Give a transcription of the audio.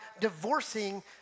divorcing